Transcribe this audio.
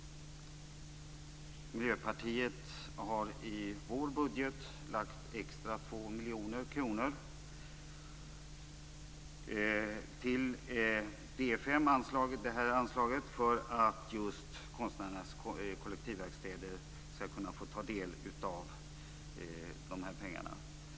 Miljöpartiet har i vår budget lagt 2 miljoner kronor extra till anslaget D 5 för att just konstnärernas kollektivverkstäder skall kunna få ta del av de här pengarna.